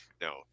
no